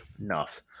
enough